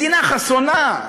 מדינה חסונה,